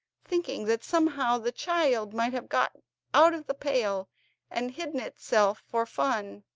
thinking that somehow the child might have got out of the pail and hidden itself for fun